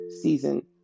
season